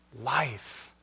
life